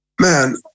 Man